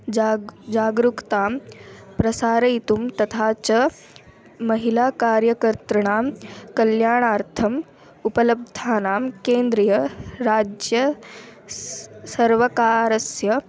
जाग् जागरूकतां प्रसारयितुं तथा च महिलाकार्यकर्तॄणां कल्याणार्थम् उपलब्धानां केन्द्रियराज्य स् सर्वकारस्य